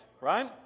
right